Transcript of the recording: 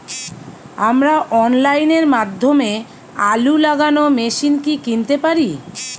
আমরা অনলাইনের মাধ্যমে আলু লাগানো মেশিন কি কিনতে পারি?